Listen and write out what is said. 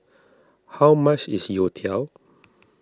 how much is Youtiao